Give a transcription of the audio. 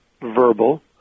verbal